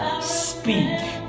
Speak